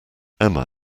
emma